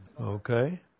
Okay